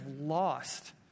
lost